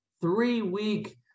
three-week